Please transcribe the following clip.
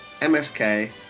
MSK